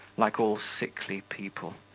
like all sickly people.